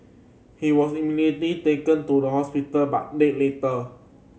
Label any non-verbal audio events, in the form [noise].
he was [unintelligible] taken to the hospital but died later